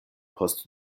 post